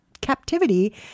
captivity